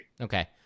Okay